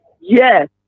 Yes